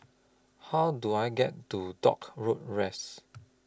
How Do I get to Dock Road West